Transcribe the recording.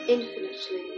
Infinitely